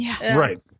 Right